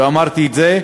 אמרתי את זה,